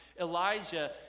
Elijah